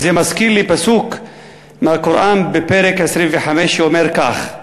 וזה מזכיר לי פסוק מהקוראן בפרק 25 שאומר כך: